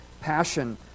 passion